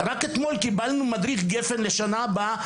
רק אתמול קיבלנו מדריך גפ"ן לשנה הבאה,